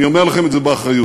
אני אומר לכם את זה באחריות,